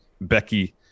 Becky